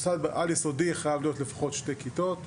מוסד על יסודי חייב להיות לפחות שתי כיתות,